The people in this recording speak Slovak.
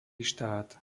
štát